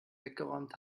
weggeräumt